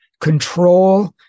control